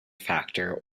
factor